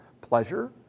pleasure